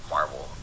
Marvel